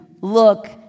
look